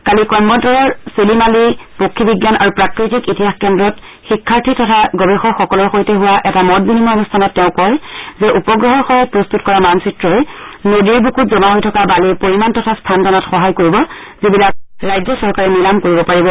কালি কয়ম্বটৰৰ চেলিম আলি পক্ষী বিজ্ঞান আৰু প্ৰাকৃতিক ইতিহাস কেন্দ্ৰত শিক্ষাৰ্থী তথা গৱেষকসকলৰ সৈতে হোৱা এটা মত বিনিময় অনুষ্ঠানত তেওঁ কয় যে উপগ্ৰহৰ সহায়ত প্ৰস্তুত কৰা মানচিত্ৰই নদীৰ বুকুত জমা হৈ থকা বালিৰ পৰিমাণ তথা স্থান জনাত সহায কৰিব যিবিলাক ৰাজ্য চৰকাৰে নিলাম কৰিব পাৰিব